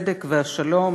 הצדק והשלום